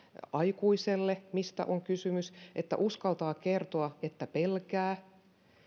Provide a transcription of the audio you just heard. aikuiselle mistä on kysymys niin että uskalletaan kertoa että pelkää